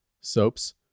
soaps